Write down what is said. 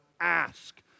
ask